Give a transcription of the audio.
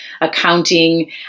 accounting